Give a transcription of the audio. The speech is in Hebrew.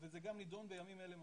זה נדון בימים אלה ממש.